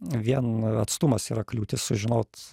vien atstumas yra kliūtis sužinot